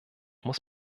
muss